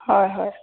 হয় হয়